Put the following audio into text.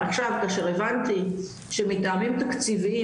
עכשיו כאשר הבנתי שמטעמים תקציביים